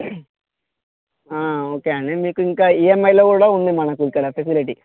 okay అండి మీకు ఇంక ఈఏంఐలో కూడా ఉంది మనకు ఇక్కడ ఫెసిలిటీ